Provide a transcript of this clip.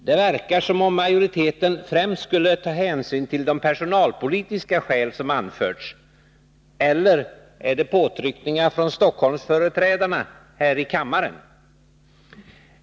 Det verkar som om majoriteten främst skulle ta hänsyn till de personalpolitiska skäl som anförts. Eller är det påtryckningar från Stockholmsföreträdarna här i kammaren?